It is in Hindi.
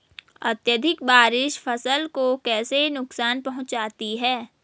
अत्यधिक बारिश फसल को कैसे नुकसान पहुंचाती है?